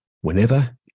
Whenever